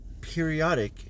periodic